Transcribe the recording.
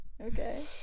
Okay